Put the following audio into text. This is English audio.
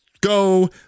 go